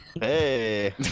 Hey